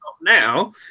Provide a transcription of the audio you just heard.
now